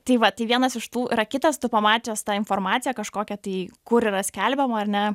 tai va tai vienas iš tų yra kitas tu pamačius tą informaciją kažkokią tai kur yra skelbiama ar ne